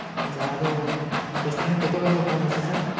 ହଁ ସାର୍ ଆରୁ ରେଷ୍ଟୁରାଣ୍ଟ୍ କେତେବେଲ୍ ତକ୍ ବନ୍ଦ୍ ହେସି ସାର୍